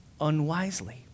unwisely